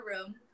room